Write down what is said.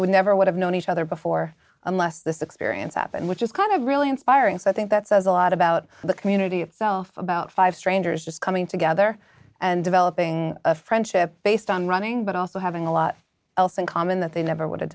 would never would have known each other before unless this experience happened which is kind of really inspiring so i think that says a lot about the community itself about five strangers just coming together and developing a friendship based on running but also having a lot else in common that they never would have